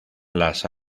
las